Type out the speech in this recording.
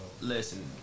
Listen